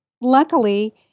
luckily